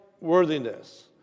worthiness